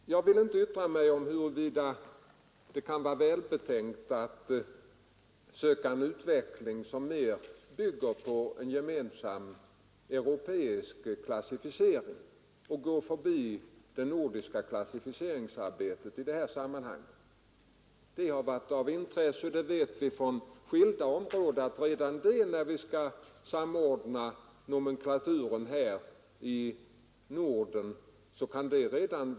Jag vill inte yttra mig om huruvida det kan vara välbetänkt att söka en utveckling som mer bygger på en gemensam europeisk klassificering och gå förbi det nordiska klassificeringsarbetet. Vi vet att det vållat vissa svårigheter att samordna nomenklaturen redan i Norden.